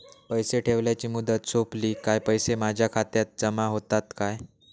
पैसे ठेवल्याची मुदत सोपली काय पैसे माझ्या खात्यात जमा होतात काय?